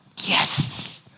yes